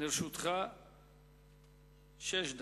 לרשותך שש דקות.